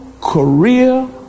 career